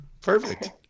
Perfect